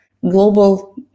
global